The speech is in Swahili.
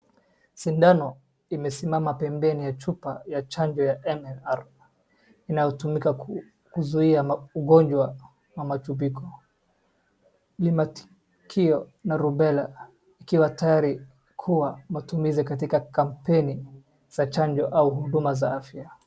Sindano imesemama pembeni ya chupa ya chanjo ya MMR inayotumika kuzuia ugonjwa wa matumbiko. Hii matukio na rubela ikiwa tayari kuwa matumizi katika kampeni za chanjo au huduma za afya.